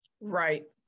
Right